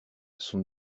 sont